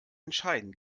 entscheiden